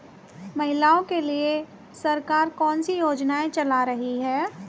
महिलाओं के लिए सरकार कौन सी योजनाएं चला रही है?